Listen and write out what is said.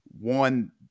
One